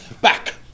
Back